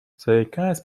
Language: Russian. заикаясь